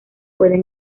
puedes